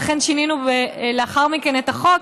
ואכן שינינו לאחר מכן את החוק,